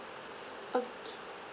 okay